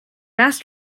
mass